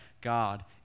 God